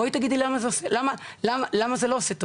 בואי תגידי לנו למה זה לא עושה טוב?